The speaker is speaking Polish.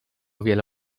wiele